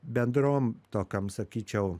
bendrom tokiom sakyčiau